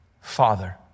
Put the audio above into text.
father